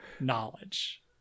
knowledge